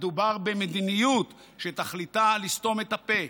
מדובר במדיניות שתכליתה לסתום את הפה,